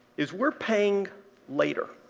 is we're paying later.